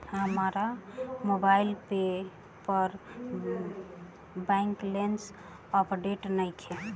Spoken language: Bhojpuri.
हमार मोबाइल ऐप पर बैलेंस अपडेट नइखे